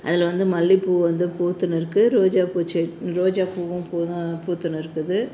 அதில் வந்து மல்லி பூ வந்து பூத்துன்னு இருக்கு ரோஜா பூ செ ரோஜா பூவும் பூ பூத்துன்னு இருக்குது